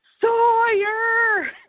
Sawyer